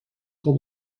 خوب